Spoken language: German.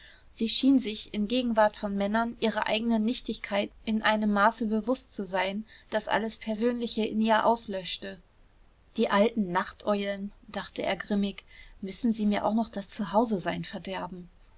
sie schien sich in gegenwart von männern ihrer eigenen nichtigkeit in einem maße bewußt zu sein daß alles persönliche in ihr auslöschte die alten nachteulen dachte er grimmig müssen sie mir auch noch das zuhausesein verderben